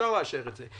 אפשר לאשר את זה.